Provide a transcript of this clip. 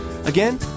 Again